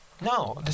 No